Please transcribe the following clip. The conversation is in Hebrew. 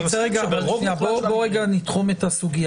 בואו נתחום את הסוגייה.